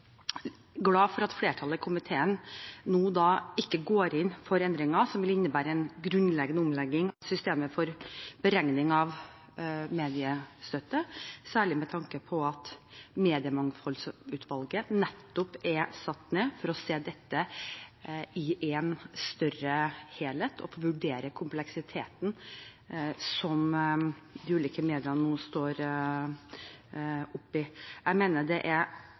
glad for at flertallet i komiteen nå ikke går inn for endringer som vil innebære en grunnleggende omlegging av systemet for beregning av mediestøtte, særlig med tanke på at Mediemangfoldsutvalget nettopp er nedsatt for å se dette i en større helhet og for å vurdere kompleksiteten som de ulike mediene nå står oppe i. Jeg mener at det for det første er